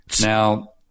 Now